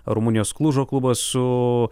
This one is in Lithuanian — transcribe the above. rumunijos klužo klubas su